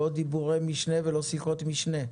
לא דיבורי משנה ולא שיחות משנה.